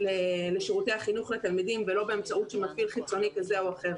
לשירותי החינוך לתלמידים ולא באמצעות מפעיל חיצוני כזה או אחר.